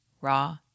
raw